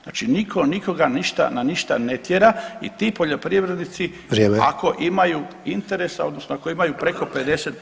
Znači niko nikoga ništa na ništa ne tjera i ti poljoprivrednici [[Upadica: Vrijeme]] ako imaju interesa odnosno ako imaju preko 50%